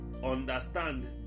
understand